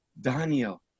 Daniel